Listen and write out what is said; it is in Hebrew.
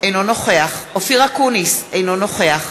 אינו נוכח אופיר אקוניס, אינו נוכח